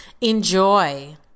Enjoy